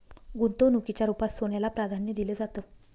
गुंतवणुकीच्या रुपात सोन्याला प्राधान्य दिलं जातं